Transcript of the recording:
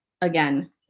again